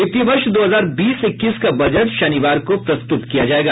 वित्तीय वर्ष दो हजार बीस इक्कीस का बजट शनिवार को प्रस्तुत किया जायेगा